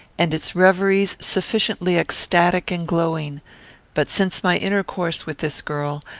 and its reveries sufficiently ecstatic and glowing but, since my intercourse with this girl,